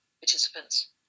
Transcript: participants